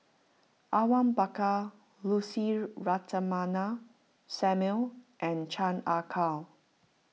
Awang Bakar Lucy Ratnammah Samuel and Chan Ah Kow